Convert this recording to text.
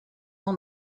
ans